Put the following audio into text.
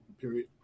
period